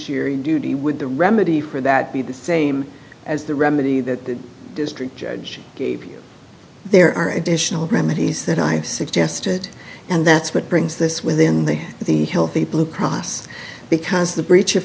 your duty would the remedy for that be the same as the remedy that the district judge gave you there are additional remedies that i have suggested and that's what brings this within the the healthy blue cross because the breach of